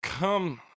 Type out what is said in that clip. Come